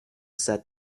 set